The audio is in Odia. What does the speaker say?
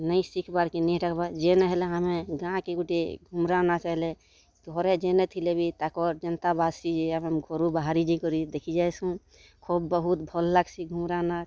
ନେଇ ଶିଖ୍ବାର୍ କି ନେଇ ରହିବାର ଯେନ ହେଲେ ଆମେ ଗାଁକେ ଗୋଟିଏ ଘୁମୁରା ନାଚ୍ ହେଲେ ଘରେ ଯେନେ ଥିଲେ ବି ତାଙ୍କର୍ ଯେନ୍ତା ବାସି ଆମେ ଘରୁ ବାହାରି ଯାଇକରି ଦେଖିଯାଏସୁଁ ଖୁବ୍ ବହୁତ୍ ଭଲ୍ ଲାଗ୍ସି ଘୁମୁରା ନାଚ୍